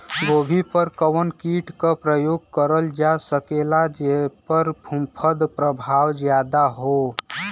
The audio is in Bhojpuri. गोभी पर कवन कीट क प्रयोग करल जा सकेला जेपर फूंफद प्रभाव ज्यादा हो?